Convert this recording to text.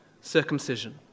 circumcision